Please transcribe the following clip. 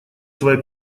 твоя